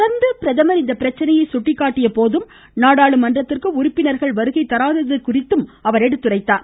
தொடா்ந்து பிரதமா் இப்பிரச்சினையை சுட்டிக்காட்டிய போதும் நாடாளுமன்றத்திற்கு உறுப்பினர்கள் வருகை தராதது குறித்து அவர் சுட்டிக்காட்டினார்